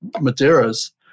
Madeiras